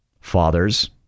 fathers